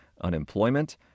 unemployment